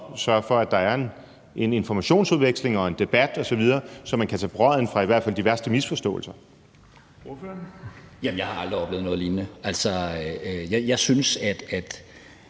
sørger for, at der er en informationsudveksling og en debat osv., så man kan tage brodden af i hvert fald de værste misforståelser?